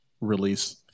release